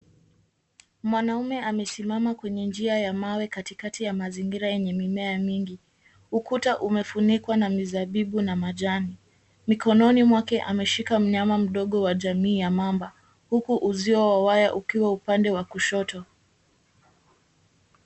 Mwanamume amesimama kwenye njia ya mawe katikati ya mazingira yenye mimea mingi. Ukuta umefunikwa na mizabibu na majani. Mikononi mwake amemshika mnyama mdogo wa jamii ya mamba, huku uzio wa waya ukiwa upande wa kushoto.